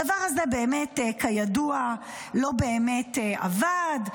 הדבר הזה, כידוע, לא באמת עבד.